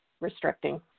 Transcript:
restricting